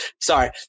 sorry